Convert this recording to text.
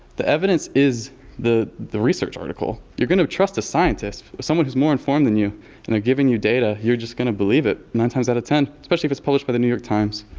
the evidence is the the research article. you're going to trust a scientist, someone who's more informed than you, you and know giving you data. you're just going to believe it, nine times out of ten especially if it's published by the new york times.